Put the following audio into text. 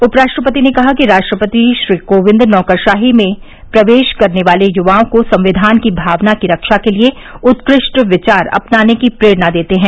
उप राष्ट्रपति ने कहा कि राष्ट्रपति श्री कोविंद नौकरशाही में प्रवेश करने वाले युवाओं को संविधान की भावना की रक्षा के लिए उत्कृष्ट विचार अपनाने की प्रेरणा देते हैं